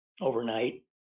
overnight